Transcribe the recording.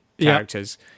characters